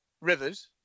Rivers